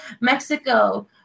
Mexico